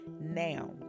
Now